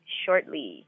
shortly